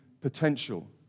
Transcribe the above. potential